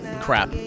Crap